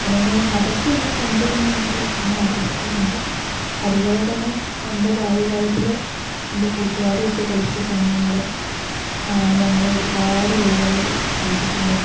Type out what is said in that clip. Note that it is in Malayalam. അതുകൊണ്ടുതന്നെ അതൊക്കെ ഒന്ന് കണ്ടിരുന്നെങ്കിൽ എന്ന് ആഗ്രഹിക്കാറുണ്ട് അതുപോലെതന്നെ എന്റെ ബാല്യകാലത്തിൽ എൻ്റെ കൂട്ടുകാരുമൊത്ത് കളിച്ച സമയങ്ങൾ ഞങ്ങൾ ഒരുപാട് കളികൾ കളിച്ചിട്ടുണ്ട്